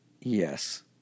Yes